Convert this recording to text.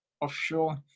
offshore